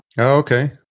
Okay